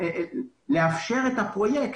בשביל לאפשר את הפרויקט.